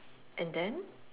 and then